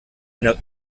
eine